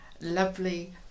lovely